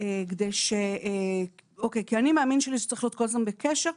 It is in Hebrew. - כי אני מאמין שצריך להיות כל הזמן בקשר,